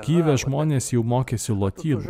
kijeve žmonės jau mokėsi lotynų